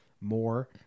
more